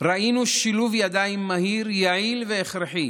ראינו שילוב ידיים מהיר, יעיל והכרחי